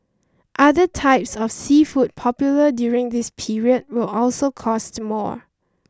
other types of seafood popular during this period will also cost more